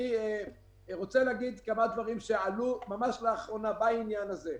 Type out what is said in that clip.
אני רוצה להגיד כמה דברים שעלו ממש לאחרונה בעניין הזה.